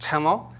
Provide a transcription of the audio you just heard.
channel.